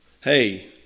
hey